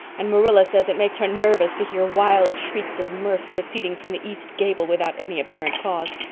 and marilla says it makes her nervous to hear wild shrieks of mirth proceeding from the east gable without any apparent cause.